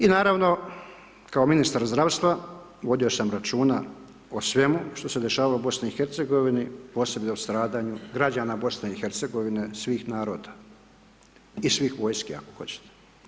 I naravno, kao ministar zdravstva vodio sam računa o svemu što se dešavalo u BiH, posebno o stradanju građana BiH svih naroda i svih vojski, ako hoćete.